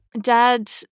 Dad